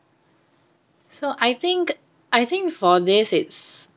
so I think I think for these it's